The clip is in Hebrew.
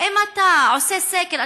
אם אתה עושה סקר,